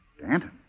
Danton